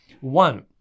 One